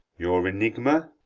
your enigma?